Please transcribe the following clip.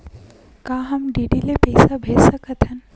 का हम डी.डी ले पईसा भेज सकत हन?